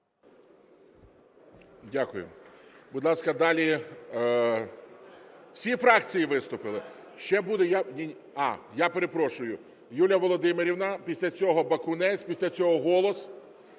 Дякую. Будь ласка, далі... Всі фракції виступили? Я перепрошую, Юлія Володимирівна, після цього Бакунець, після цього "Голос".